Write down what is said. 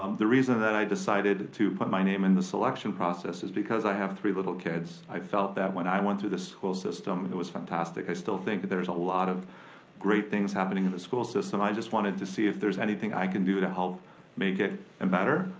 the reason that i decided to put my name in the selection process is because i have three little kids. i felt that when i went through this school system it was fantastic. i still think there's a lot of great things happening in the school system. i just wanted to see if there's anything i can do to help make it and better,